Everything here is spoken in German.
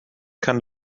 kann